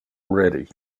ready